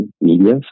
media